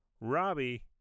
Robbie